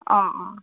অঁ অঁ